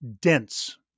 dense